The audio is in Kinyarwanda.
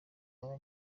baba